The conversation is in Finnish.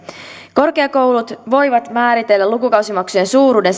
korkeakoulut voivat määritellä lukukausimaksujen suuruuden